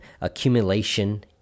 accumulation